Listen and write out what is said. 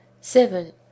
seven